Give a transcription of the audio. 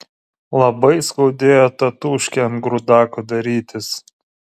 labai skaudėjo tatūškę ant grūdako darytis